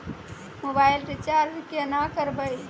Mobile recharge केना करबै?